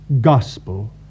gospel